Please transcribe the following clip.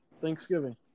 Thanksgiving